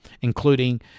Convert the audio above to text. including